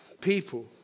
people